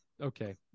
Okay